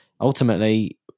ultimately